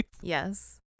Yes